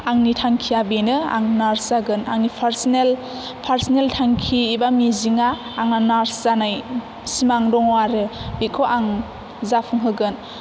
आंनि थांखिया बेनो आं नार्स जागोन आंनि फारसनेल थांखि एबा मिजिंआ आंना नार्स जानाय सिमां दङ आरो बेखौ आं जाफुंहोगोन